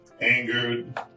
Angered